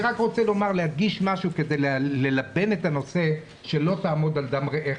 אני רק רוצה להדגיש משהו כדי ללבן את הנושא של לא תעמוד על דם רעך.